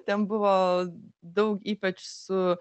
ten buvo daug ypač su